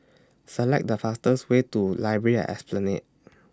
Select The fastest Way to Library At Esplanade